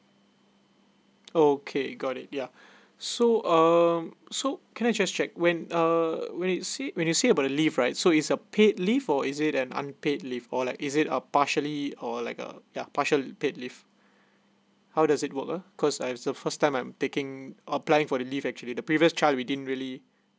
okay got it yeah so uh so can I just check when err when you say when you say about leave right so is a paid leave or is it an unpaid leave or like is it a partially or like uh yeah partial paid leave how does it work ah cause I as the first time I'm taking applying for the leave actually the previous charge within really